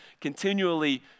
continually